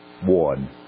one